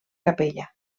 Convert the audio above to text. capella